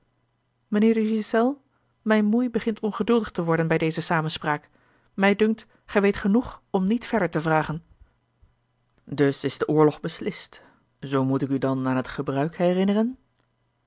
mijnheer de ghiselles mijne moei begint ongeduldig te worden bij deze samenspraak mij dunkt gij weet genoeg om niet verder te vragen dus is de oorlog beslist zoo moet ik u dan aan het gebruik herinneren